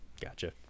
gotcha